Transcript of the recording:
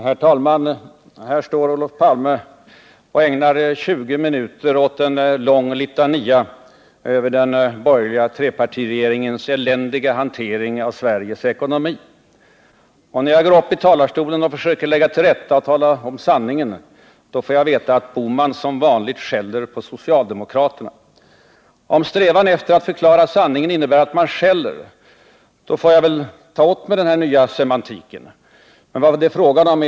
Herr talman! När jag, efter det att Olof Palme ägnat 20 minuter åt en lång litania över den borgerliga trepartiregeringens eländiga hantering av Sveriges ekonomi, från denna talarstol försöker lägga till rätta och tala om sanningen får jag veta, att herr Bohman som vanligt skäller på socialdemokraterna. Om strävan efter att förklara sanningen innebär att man skäller, är det fråga om tillämpning av en ny semantik, som jag väl får försöka anpassa mig till.